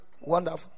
Wonderful